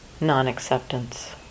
non-acceptance